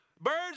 Birds